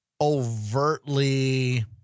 overtly